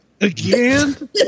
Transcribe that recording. Again